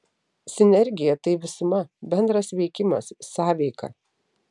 sinergija tai visuma bendras veikimas sąveika